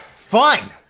fine,